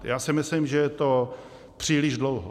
Já si myslím, že je to příliš dlouho.